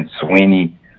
Sweeney